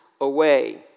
away